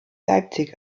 leipzig